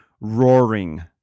roaring